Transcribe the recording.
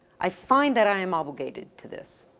i find that i am obligated to this.